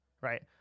right